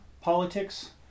politics